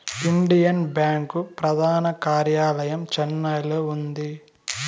Indian Bank ప్రధాన కార్యాలయం చెన్నైలో ఉంది